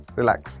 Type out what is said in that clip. relax